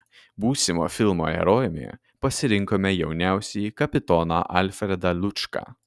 būsimo filmo herojumi pasirinkome jauniausiąjį kapitoną alfredą lučką